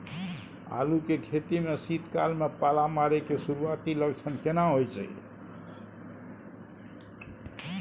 आलू के खेती में शीत काल में पाला मारै के सुरूआती लक्षण केना होय छै?